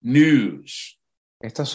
news